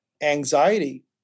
anxiety